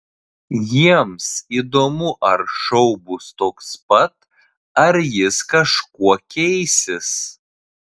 jiems įdomu ar šou bus toks pats ar jis kažkuo keisis